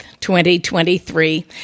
2023